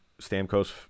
Stamkos